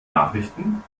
nachrichten